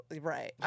Right